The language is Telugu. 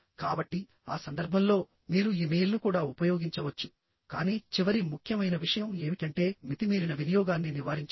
కాబట్టి ఆ సందర్భంలో మీరు ఇమెయిల్ను కూడా ఉపయోగించవచ్చు కానీ చివరి ముఖ్యమైన విషయం ఏమిటంటే మితిమీరిన వినియోగాన్ని నివారించడం